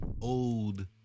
old